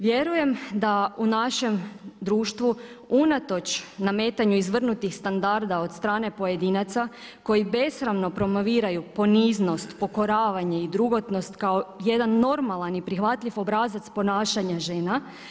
Vjerujem da u našem društvu unatoč nametanju izvrnutih standarda od strane pojedinaca koji besramno promoviraju poniznost, pokoravanje i drugotnost kao jedan normalan i prihvatljiv obrazac ponašanja žena.